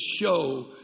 show